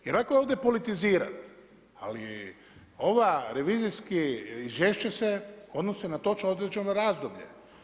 I lako je ovdje politizirati, ali ova revizijska izvješća se odnose na točno određeno razdoblje.